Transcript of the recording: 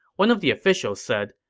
one of the officials said,